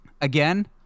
Again